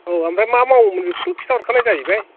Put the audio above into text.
औ ओमफ्राय मा मावोमोन बेखौथ' खिन्थाहरखानाय जाहैबाय